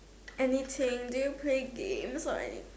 anything do you play games or any